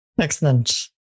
Excellent